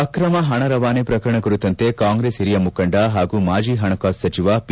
ಅಕ್ರಮ ಪಣ ರವಾನೆ ಪ್ರಕರಣ ಕುರಿತಂತೆ ಕಾಂಗ್ರೆಸ್ ಹಿರಿಯ ಮುಖಂಡ ಹಾಗೂ ಮಾಜಿ ಹಣಕಾಸು ಸಚಿವ ಪಿ